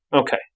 Okay